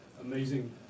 amazing